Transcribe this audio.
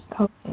Okay